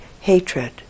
hatred